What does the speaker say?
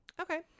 Okay